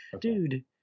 dude